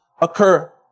occur